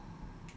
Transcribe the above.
no